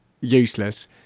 useless